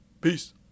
Peace